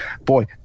boy